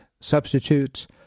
Substitutes